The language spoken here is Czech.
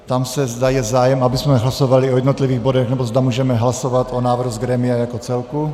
Ptám se, zda je zájem, abychom hlasovali o jednotlivých bodech, nebo zda můžeme hlasovat o návrhu z grémia jako celku.